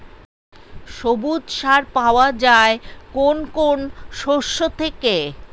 সবুজ সার পাওয়া যায় কোন কোন শস্য থেকে?